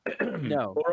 No